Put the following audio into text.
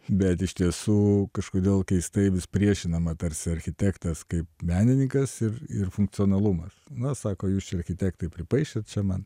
bet iš tiesų kažkodėl keistai vis priešinama tarsi architektas kaip menininkas ir ir funkcionalumas na sako jūs čia architektai pripaišėt čia man